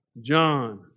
John